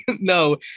no